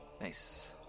Nice